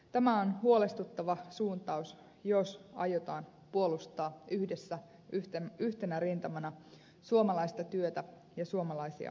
tämä on huolestuttava suuntaus jos aiotaan puolustaa yhdessä yhtenä rintamana suomalaista työtä ja suomalaisia yrityksiä